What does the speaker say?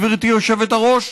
גברתי היושבת-ראש,